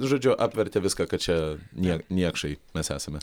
žodžiu apvertė viską kad čia nie niekšai mes esame